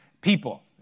people